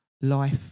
life